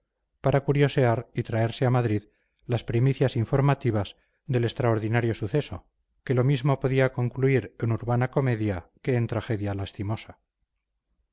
para curiosear y traerse a madrid las primicias informativas del extraordinario suceso que lo mismo podía concluir en urbana comedia que en tragedia lastimosa